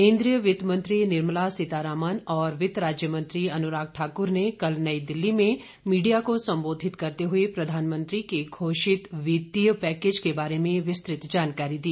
केन्द्रीय वित्त मंत्री निर्मला सीतारामन और वित्त राज्य मंत्री अनुराग ठाकुर ने कल नई दिल्ली में मीडिया को संबोधित करते हुए प्रधानमंत्री के घोषित वित्तीय पैकेज के बारे में विस्तृत जानकारी दी